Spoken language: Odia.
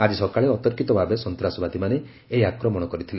ଆଜି ସକାଳେ ଅତର୍କିତ ଭାବେ ସନ୍ତ୍ରାସବାଦୀମାନେ ଏହି ଆକ୍ରମଣ କରିଥିଲେ